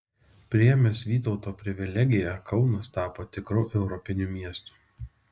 priėmęs vytauto privilegiją kaunas tapo tikru europiniu miestu